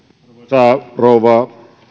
arvoisa rouva